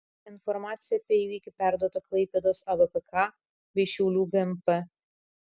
informacija apie įvykį perduota klaipėdos avpk bei šiaulių gmp